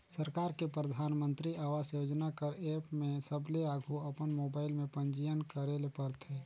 सरकार के परधानमंतरी आवास योजना कर एप में सबले आघु अपन मोबाइल में पंजीयन करे ले परथे